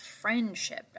friendship